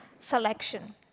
selection